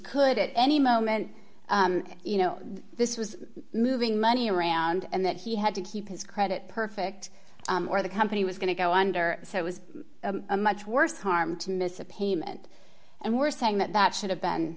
could at any moment you know this was moving money around and that he had to keep his credit perfect or the company was going to go under so it was a much worse harm to miss a payment and we're saying that that should have